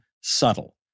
subtle